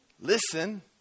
listen